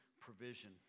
provision